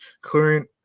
clearing